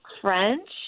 French